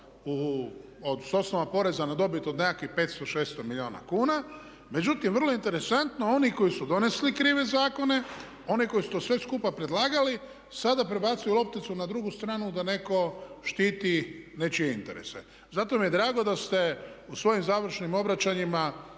s osnova poreza na dobiti od nekakvih 500, 600 milijuna kuna. Međutim, vrlo interesantno oni koji su donijeli krive zakone oni koji su to sve skupa predlagali sada prebacuju lopticu na drugu stranu da netko štiti nečije interese. Zato mi je drago da ste u svojim završnim obraćanjima